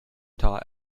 taught